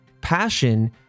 passion